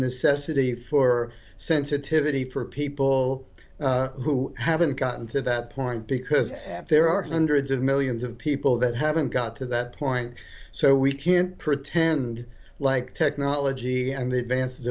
city for sensitivity for people who haven't gotten to that point because there are hundreds of millions of people that haven't got to that point so we can't pretend like technology and they dan